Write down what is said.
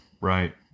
Right